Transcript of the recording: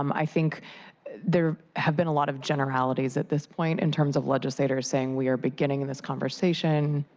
um i think there have been a lot of generalities at this point, in terms of legislators saying, we are beginning and this conversation.